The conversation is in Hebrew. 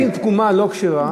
סכין קטומה לא כשרה,